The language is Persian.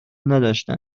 نداشت